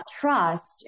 trust